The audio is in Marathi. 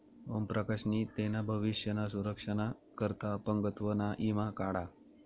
ओम प्रकाश नी तेना भविष्य ना सुरक्षा ना करता अपंगत्व ना ईमा काढा